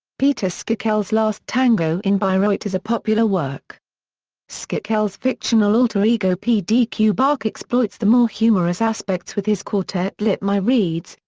peter schickele's last tango in bayreuth is a popular work so schickele's fictional alter ego p. d. q. bach exploits the more humorous aspects with his quartet lip my reeds,